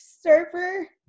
surfer